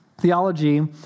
Theology